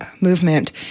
movement